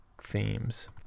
themes